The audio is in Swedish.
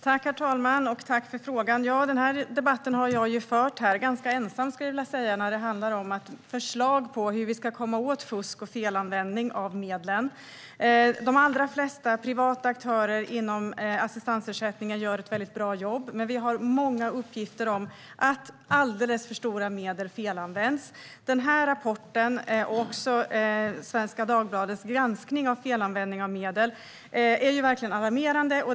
Herr talman! Tack för frågan. Den här debatten har jag fört här ganska ensam när det gäller förslag om hur man ska komma åt fusk och felanvändning av medlen. De allra flesta privata aktörer inom assistansersättningen gör ett väldigt bra jobb, men många uppgifter visar att alldeles för stora medel felanvänds. Den här rapporten och Svenska Dagbladets granskning av felanvändning av medel är verkligen alarmerande.